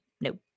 no